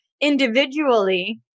individually